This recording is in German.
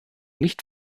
nicht